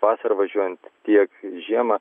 vasarą važiuojant tiek žiemą